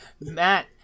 Matt